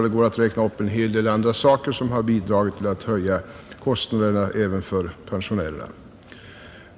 Det går att räkna upp en hel del andra saker som har bidragit till att höja kostnaderna även för pensionärerna.